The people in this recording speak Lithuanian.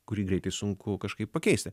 kurį greitai sunku kažkaip pakeisti